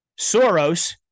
Soros